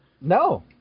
no